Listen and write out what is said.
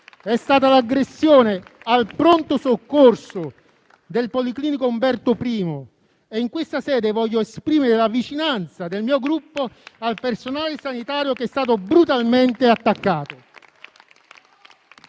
è stata l'aggressione al pronto soccorso del Policlinico Umberto I. In questa sede voglio esprimere la vicinanza del mio Gruppo al personale sanitario che è stato brutalmente attaccato.